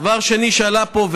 דבר שני שעלה פה,